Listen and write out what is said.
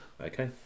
Okay